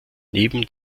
neben